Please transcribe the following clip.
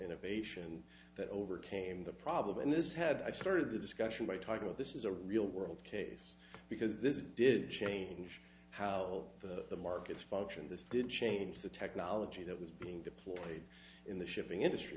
innovation that overcame the problem and this had i started the discussion by talking about this is a real world case because this did change how the markets function this didn't change the technology that was being deployed in the shipping industry